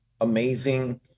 amazing